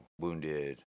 wounded